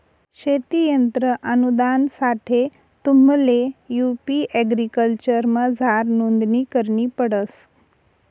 शेती यंत्र अनुदानसाठे तुम्हले यु.पी एग्रीकल्चरमझार नोंदणी करणी पडस